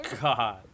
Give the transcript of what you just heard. God